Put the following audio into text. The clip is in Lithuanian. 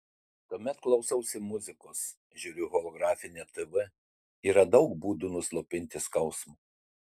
tuomet klausausi muzikos žiūriu holografinę tv yra daug būdų nuslopinti skausmą